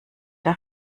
der